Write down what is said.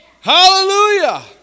Hallelujah